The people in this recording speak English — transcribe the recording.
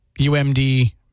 UMD